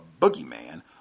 boogeyman